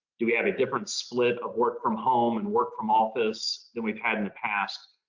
do we have a different split of work from home and work from office than we've had in the past?